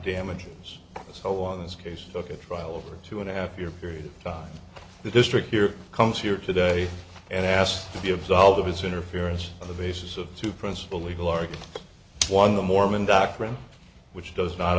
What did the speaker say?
damages so on this case took a trial over two and a half year period of time the district here comes here today and asked to be absolved of his interference on the basis of two principal legal are one the mormon doctrine which does not